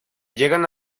llegan